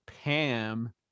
Pam